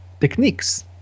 techniques